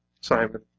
Simon